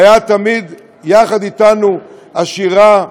היו תמיד יחד אתנו השירה,